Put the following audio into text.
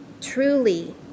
Truly